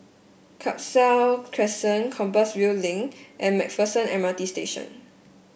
Khalsa Crescent Compassvale Link and MacPherson M R T Station